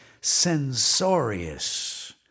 censorious